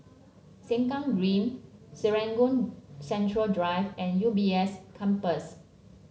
Sengkang Green Serangoon Central Drive and U B S Campus